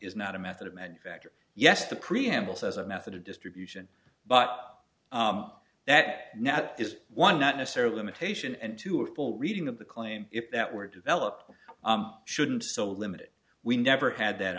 is not a method of manufacture yes the preamble says a method of distribution but that now is one not necessarily limitation and two are full reading of the claim if that were developed shouldn't so limited we never had that